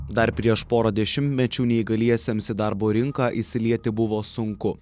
dar prieš porą dešimtmečių neįgaliesiems į darbo rinką įsilieti buvo sunku